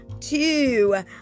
two